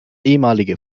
ehemalige